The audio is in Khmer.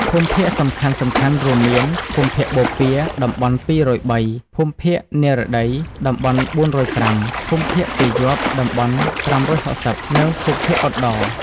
ភូមិភាគសំខាន់ៗរួមមាន៖ ភូមិភាគបូព៌ា (តំបន់២០៣), ភូមិភាគនិរតី (តំបន់៤០៥), ភូមិភាគពាយព្យ (តំបន់៥៦០) និងភូមិភាគឧត្តរ។